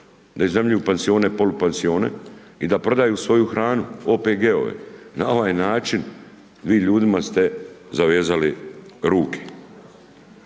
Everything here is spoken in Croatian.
da iznajmljuju pansione i polupansione i da prodaju svoju hranu, OPG-ove. Na ovaj način vi ljudima ste zavezali ruke.